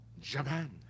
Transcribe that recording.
Japan